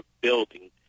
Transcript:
building